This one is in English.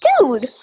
dude